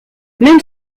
même